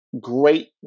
great